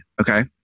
Okay